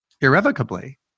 irrevocably